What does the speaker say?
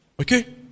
Okay